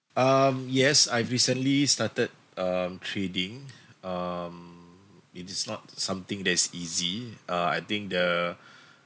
um yes I've recently started um trading um it is not something that is easy uh I think the